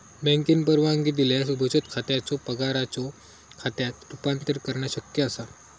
बँकेन परवानगी दिल्यास बचत खात्याचो पगाराच्यो खात्यात रूपांतर करणा शक्य असा